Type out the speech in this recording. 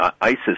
ISIS